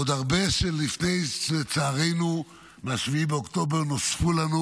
עוד הרבה לפני שמ-7 באוקטובר, לצערנו, נוספו לנו